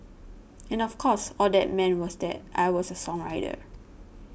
and of course all that meant was that I was a songwriter